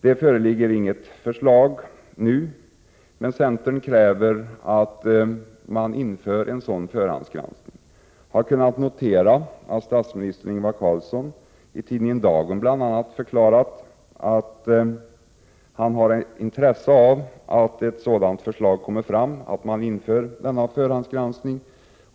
Det föreligger inget förslag nu, men centern kräver att man inför en sådan förhandsgranskning. Jag har noterat att statsminister Ingvar Carlsson, bl.a. i tidningen Dagen, har förklarat att han har intresse av att det läggs fram ett förslag om införande av sådan förhandsgranskning.